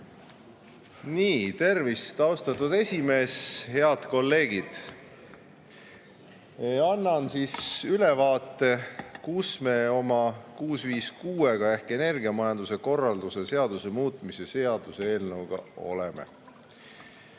Tervist, austatud esimees! Head kolleegid! Annan ülevaate, kus me oma 656-ga ehk energiamajanduse korralduse seaduse muutmise seaduse eelnõuga oleme.